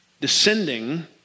descending